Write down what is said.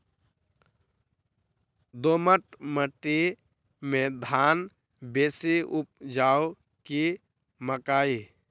दोमट माटि मे धान बेसी उपजाउ की मकई?